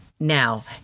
Now